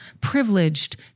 privileged